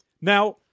Now